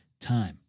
time